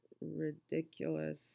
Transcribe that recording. ridiculous